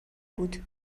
بود